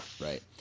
right